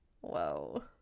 whoa